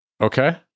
Okay